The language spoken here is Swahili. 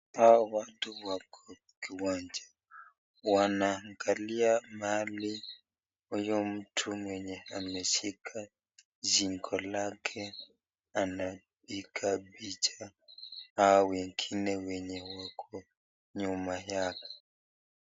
Hawa watu wako kiwanja. Wanaangalia mahali huyu mtu mwenye ameshika jingo lake anapiga picha hao wengine wenye wako nyuma yao.